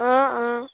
অঁ অঁ